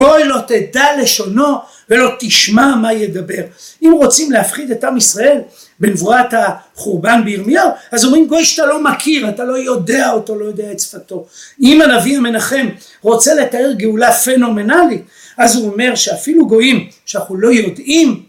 ״גוי לא תדע לשונו ולא תשמע מה ידבר״ אם רוצים להפחיד את עם ישראל בנבואת החורבן בירמיהו, אז אומרים גוי שאתה לא מכיר, אתה לא יודע אותו, לא יודע את שפתו. אם הנביא המנחם רוצה לתאר גאולה פנומנלית אז הוא אומר שאפילו גויים שאנחנו לא יודעים...